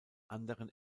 anderen